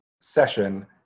session